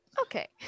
Okay